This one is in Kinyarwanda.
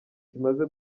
kimaze